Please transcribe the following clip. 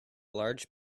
large